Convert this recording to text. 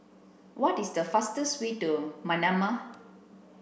what is the fastest way to Manama